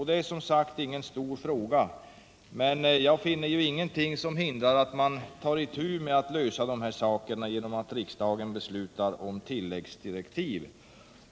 Det är som sagt ingen stor fråga, men jag finner ingenting som hindrar att man löser det här problemet genom att riksdagen beslutar om tilläggsdirektiv.